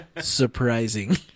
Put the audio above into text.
Surprising